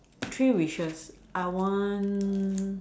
three wishes I want